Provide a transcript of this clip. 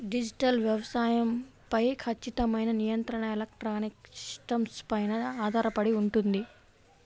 digital వ్యవసాయం పై ఖచ్చితమైన నియంత్రణ ఎలక్ట్రానిక్ సిస్టమ్స్ పైన ఆధారపడి ఉంటుంది